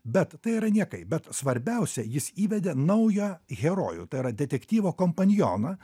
bet tai yra niekai bet svarbiausia jis įvedė naują herojų tai yra detektyvo kompanjoną